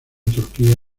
turquía